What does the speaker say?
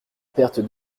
perte